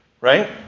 right